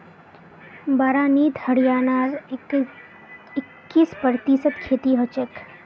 बारानीत हरियाणार इक्कीस प्रतिशत खेती हछेक